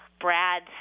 brad